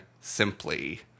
simply